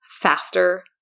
faster